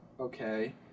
okay